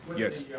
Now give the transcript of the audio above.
yes.